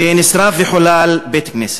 ונשרף וחולל בית-כנסת.